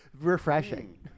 Refreshing